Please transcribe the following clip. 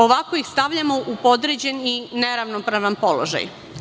Ovako ih stavljamo u podređen i neravnopravan položaj.